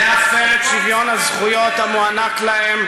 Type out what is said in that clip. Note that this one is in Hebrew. להפר את שוויון הזכויות המוענק לו,